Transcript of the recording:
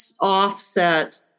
offset